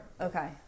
Okay